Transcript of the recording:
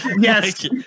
Yes